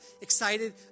excited